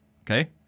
Okay